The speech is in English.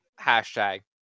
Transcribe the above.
hashtag